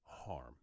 Harm